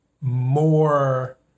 more